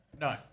No